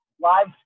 live